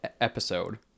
episode